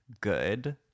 good